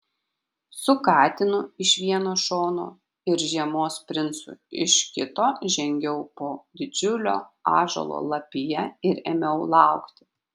su katinu iš vieno šono ir žiemos princu iš kito žengiau po didžiulio ąžuolo lapija ir ėmiau laukti